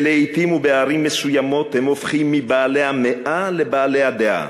שלעתים ובערים מסוימות הם הופכים מבעלי המאה לבעלי הדעה?